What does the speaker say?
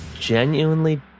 genuinely